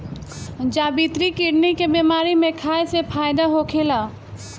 जावित्री किडनी के बेमारी में खाए से फायदा होखेला